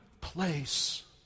place